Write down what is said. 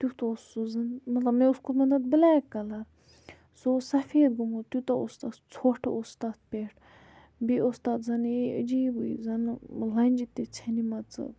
تیُتھ اوس سُہ زَن مطلب مےٚ اوس کوٚرمُت تَتھ بٕلیک کَلَر سُہ اوس سَفید گوٚمُت تیوٗتاہ اوس تَتھ ژھۄٹھ اوس تَتھ پٮ۪ٹھ بیٚیہِ اوس تَتھ زَن یہ عجیٖبٕے زَنہٕ لَنٛجہِ تہِ ژھیٚنِمَژٕ